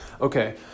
Okay